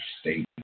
state